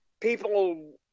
People